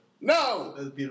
No